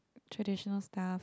traditional stuff